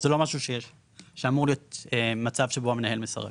לא משהו שאמור להיות מצב שבו המנהל מסרב.